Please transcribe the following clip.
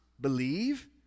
believe